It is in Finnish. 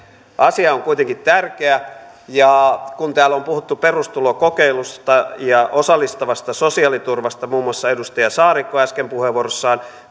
asia on kuitenkin tärkeä ja kun täällä on puhuttu perustulokokeilusta ja osallistavasta sosiaaliturvasta muun muassa edustaja saarikko äsken puheenvuorossaan